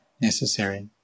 necessary